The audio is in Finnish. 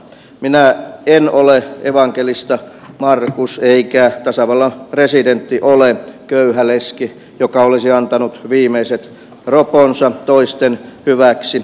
minä en ole evankelista markus eikä tasavallan presidentti ole köyhä leski joka olisi antanut viimeiset roponsa toisten hyväksi